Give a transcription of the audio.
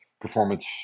performance